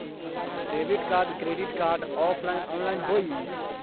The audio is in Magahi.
Debit card credit card offline online होई?